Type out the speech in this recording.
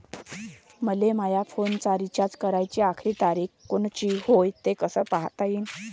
मले माया फोनचा रिचार्ज कराची आखरी तारीख कोनची हाय, हे कस पायता येईन?